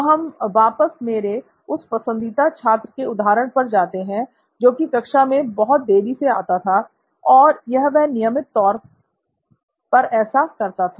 तो हम वापस मेरे उस पसंदीदा छात्र के उदाहरण पर जाते हैं जो की कक्षा में बहुत देरी से आता था और यह वह नियमित तौर ऐसा पर करता था